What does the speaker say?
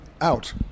out